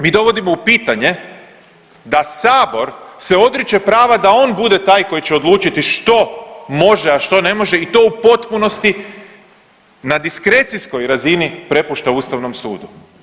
Mi dovodimo u pitanje da sabor se odriče prava da on bude taj koji će odlučiti što može, a što ne može i to u potpunosti na diskrecijskoj razini prepušta Ustavnom sudu.